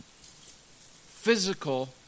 physical